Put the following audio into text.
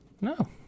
No